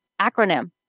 acronym